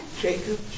Jacob